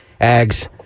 Ags